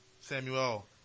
Samuel